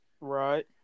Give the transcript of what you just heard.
Right